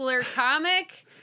comic